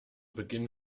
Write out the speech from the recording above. beginn